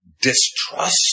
distrust